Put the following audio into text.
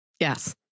yes